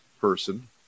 person